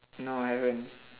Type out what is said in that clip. no I haven't